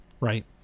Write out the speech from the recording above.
right